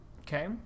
okay